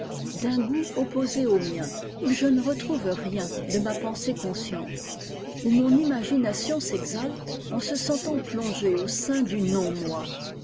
d'un goût opposé au mien où je ne retrouve rien de ma pensée consciente où mon imagination s'exalte en se sentant plongée au sein du non moi je